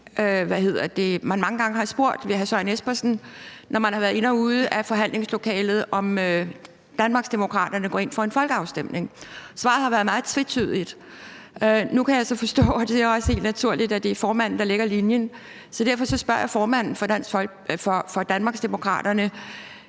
man mange gange har spurgt hr. Søren Espersen, når han har været ind og ud af forhandlingslokalet, om Danmarksdemokraterne går ind for en folkeafstemning. Svaret har været meget tvetydigt, og det er også helt naturligt, at det er formanden, der lægger linjen, så derfor spørger jeg formanden for Danmarksdemokraterne: